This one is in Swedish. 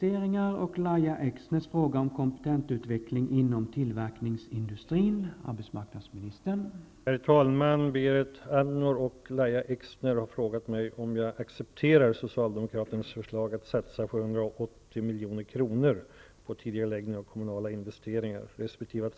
Avser statsrådet att acceptera socialdemokraternas förslag att satsa 780 milj.kr. på tidigareläggning av kommunala investeringar för att förhindra att arbetslösheten stiger till 6 %?